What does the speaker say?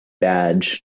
badge